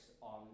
on